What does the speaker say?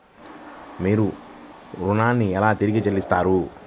మీరు ఋణాన్ని ఎలా తిరిగి చెల్లిస్తారు?